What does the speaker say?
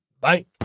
Bye